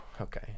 okay